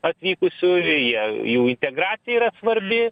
atvykusių jie jų integracija yra svarbi